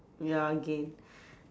ya again